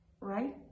right